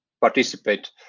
participate